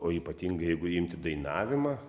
o ypatingai jeigu imti dainavimą